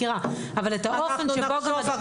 מכירה חקיקה שמכניסה את האופן בו יהיה הדיווח.